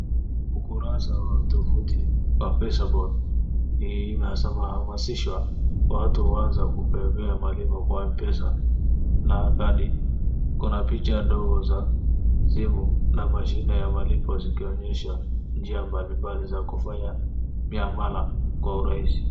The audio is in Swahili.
Ukurasa wa tovuti wa PesaPal . Hii imeshamahamasishwa watu waanze kupelekea malipo kwa M-pesacs] na kadi. Kuna picha ndogo za simu na mashine ya malipo zikionyesha njia mbalimbali za kufanya miamala kwa urahisi.